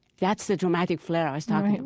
that's the dramatic flair i was talking and